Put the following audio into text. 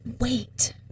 wait